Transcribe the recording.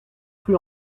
cru